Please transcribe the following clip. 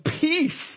peace